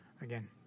Again